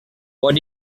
what